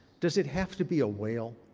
does it have to be a whale?